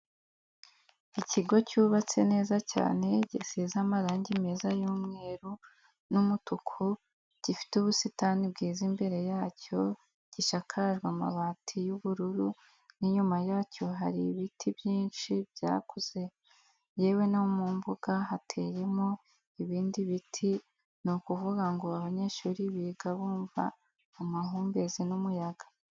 Ikigo cyubatse neza cyane gisize amarangi meza y,umweru n,umutuku gifite ubusitani bwiza imbere yacyo gishakajwe amabati y,ubururu ninyuma yacyo hari biti byinshi byakuze yewe nomumbuga hateyemo ibindi biti nukuvuga ngo abanyeshuri biga bumva amahumbezi numuyaga.